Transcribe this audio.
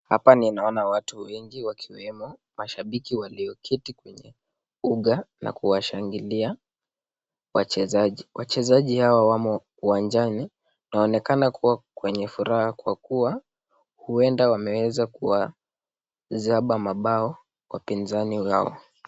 Hapa ninaona watu wengi wakiwemo mashabiki walioketi kwenye uga na kuwashangilia wachezaji. Wachezaji hawa wamo uwanjani waonekana kuwa kwenye furaha kwa kuwa huenda wameweza kuwazaba mabao wapinzani wao.